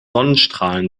sonnenstrahlen